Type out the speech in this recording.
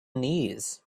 knees